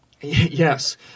Yes